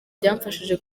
byamfashije